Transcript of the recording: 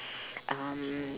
um